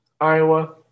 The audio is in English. Iowa